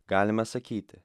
galima sakyti